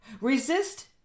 Resist